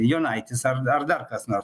jonaitis ar dar dar kas nors